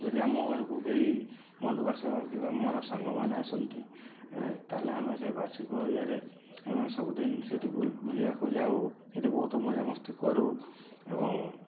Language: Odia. ଯଦି ଆମ ଘରକୁ କେହି ବନ୍ଧୁବାସ କିମ୍ବା ମୋର କେହି ସାଙ୍ଗମାନେ ଆସନ୍ତି ତା'ହେଲେ ଆମେ ସେ ବାର୍ଷିକ ଇଏରେ ଆମେ ସବୁଦିନ ସେଇଠି ବୁଲିବାକୁ ଯାଉ ସେଇଠି ବହୁତ ମଜାମସ୍ତି କରୁ ଏବଂ